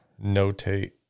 notate